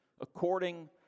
according